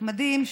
מדהים,